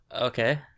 okay